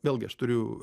vėlgi aš turiu